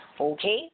Okay